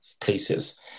places